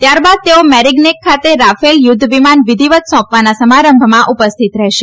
ત્યારબાદ તેઓ મેરીગનેક ખાતે રાફેલ યુદ્ધવિમાન વિધીવત સોંપવાના સમારંભમાં ઉપસ્થિત રહેશે